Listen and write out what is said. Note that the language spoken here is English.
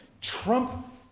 Trump